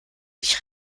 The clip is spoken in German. sich